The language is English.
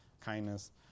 kindness